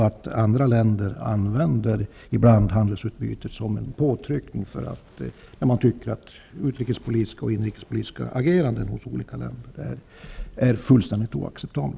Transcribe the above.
Andra länder använder ibland handelsutbytet som en påtryckning när man anser att utrikespolitiska och inrikespolitiska ageranden från olika länder är fullständigt oacceptabla.